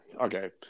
okay